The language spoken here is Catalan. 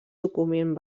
document